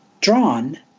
Drawn